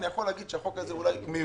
אני יכול להגיד שהחוק הזה אולי מיותר.